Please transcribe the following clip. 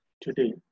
today